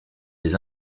les